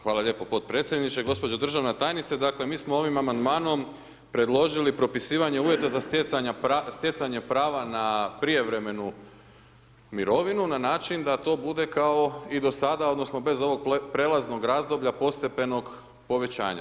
Hvala lijepo podpredsjedniče, gospođo državna tajnice dakle mi smo ovim amandmanom predložili propisivanje uvjeta za stjecanje prava na prijevremenu mirovinu na način da to bude kao i do sada odnosno bez ovog prelaznog razdoblja postepenog povećanja.